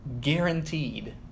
Guaranteed